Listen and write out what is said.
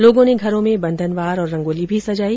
लोगों ने घरों में बंधनवार और रंगोली भी सजाई